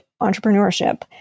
entrepreneurship